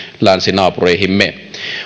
länsinaapureihimme